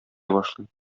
башлый